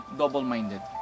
double-minded